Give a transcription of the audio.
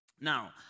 Now